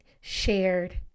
shared